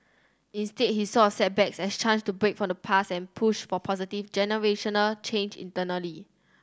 instead he saw setbacks as chance to break from the past and push for positive generational change internally